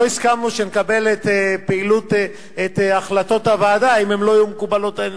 לא הסכמנו שנקבל את החלטות הוועדה אם הן לא מקובלות עלינו.